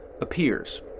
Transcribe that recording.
appears